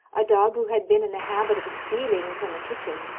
a dog who had been in the habit of stealing from a kitchen,